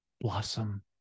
blossom